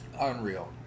unreal